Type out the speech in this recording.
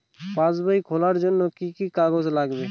পাসবই খোলার জন্য কি কি কাগজ লাগবে?